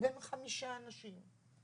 בין חמישה אנשים,